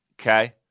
okay